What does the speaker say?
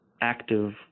active